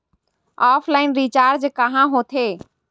Offline recharge कहां होथे?